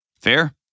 Fair